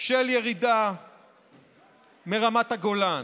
של ירידה מרמת הגולן.